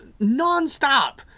nonstop